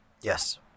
Yes